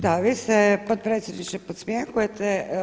Da, vi se potpredsjedniče podsmjehujete.